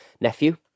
nephew